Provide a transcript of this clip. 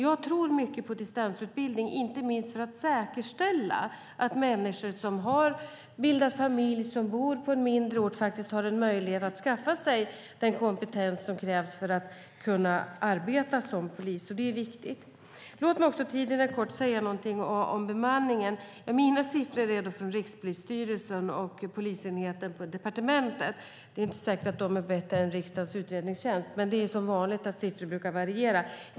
Jag tror mycket på distansutbildning, inte minst för att säkerställa att människor som har bildat familj och bor på en mindre ort ska ha möjlighet att skaffa sig den kompetens som krävs för att kunna arbeta som polis. Detta är viktigt. Tiden är kort, men låt mig också säga någonting om bemanningen. Mina siffror kommer från Rikspolisstyrelsen och polisenheten på departementet. Det är inte säkert att de är bättre än de från riksdagens utredningstjänst; som vanligt brukar siffror variera.